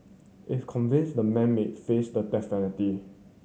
if convinced the man may face the death penalty